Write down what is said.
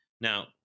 Now